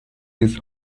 this